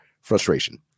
frustration